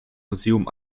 museum